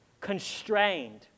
constrained